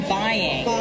buying